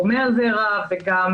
מחירים כאלה זה פשוט זלזול במה שאנחנו